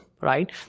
right